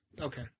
Okay